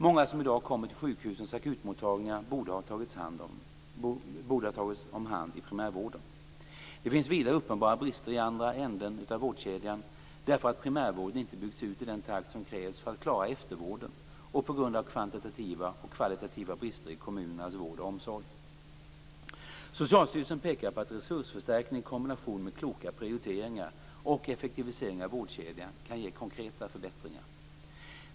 Många som i dag kommer till sjukhusens akutmottagningar borde ha tagits om hand i primärvården. Det finns vidare uppenbara brister i andra ändan av vårdkedjan därför att primärvården inte byggts ut i den takt som krävs för att klara eftervården och på grund av kvantitativa och kvalitativa brister i kommunernas vård och omsorg. Socialstyrelsen pekar på att resursförstärkningar i kombination med kloka prioriteringar och effektivisering av vårdkedjan kan ge konkreta förbättringar.